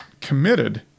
committed